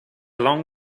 long